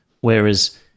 Whereas